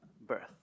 birth